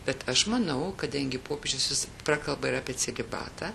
bet aš manau kadangi popiežius jis prakalba ir apie celibatą